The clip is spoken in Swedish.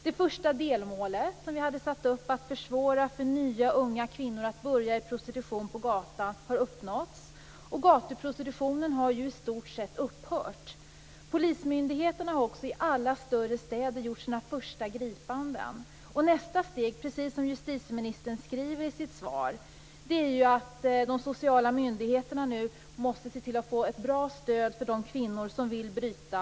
Det första delmålet vi hade satt upp, att försvåra för nya unga kvinnor att börja i prostitution på gatan, har uppnåtts, och gatuprostitutionen har i stort sett upphört. Polismyndigheterna har också i alla större städer gjort sina första gripanden. Nästa steg är, precis som justitieministern säger i sitt svar, att de sociala myndigheterna nu måste se till att ge ett bra stöd till de kvinnor som vill bryta.